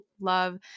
love